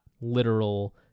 literal